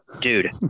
Dude